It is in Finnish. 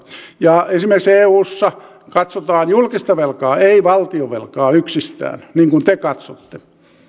ja esimerkiksi eussa katsotaan julkista velkaa ei valtionvelkaa yksistään niin kuin te katsotte